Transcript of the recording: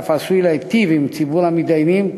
ואף עשוי להטיב עם ציבור המתדניים,